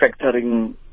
factoring